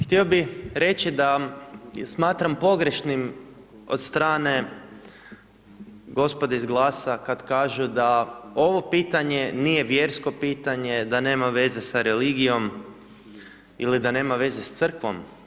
Htio bi reći da smatram pogrešnim od strane gospodo iz GLASA-a kada kažu da ovo pitanje nije vjersko pitanje, da nema veze sa religijom ili da nema veze s crkvom.